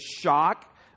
shock